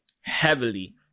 heavily